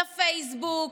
לפייסבוק,